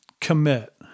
commit